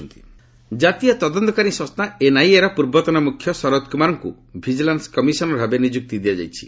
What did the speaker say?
C V Sharadkumar ଜାତୀୟ ତଦନ୍ତକାରୀ ସଂସ୍ଥା ଏନ୍ଆଇଏର ପୂର୍ବତନ ମୁଖ୍ୟ ଶରଦ କୁମାରଙ୍କୁ ଭିଜିଲାନ୍ନ କମିଶନର ଭାବେ ନିଯୁକ୍ତି ଦିଆଯାଇଛି